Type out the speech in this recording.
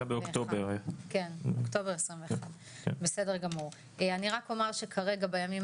מאוקטובר 2021. אני רק אומר שכרגע בימים